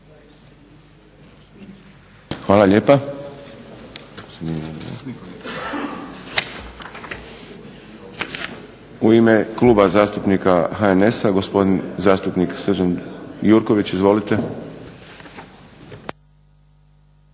Hvala lijepa. U ime Kluba zastupnika HNS-a gospodin zastupnik Srđan Gjurković. Izvolite.